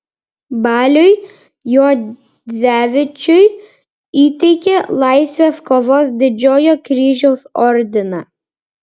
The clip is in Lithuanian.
baliui juodzevičiui įteikė laisvės kovos didžiojo kryžiaus ordiną